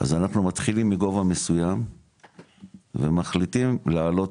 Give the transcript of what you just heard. אז אנחנו מתחילים מגובה מסוים ומחליט אם להעלות